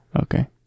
Okay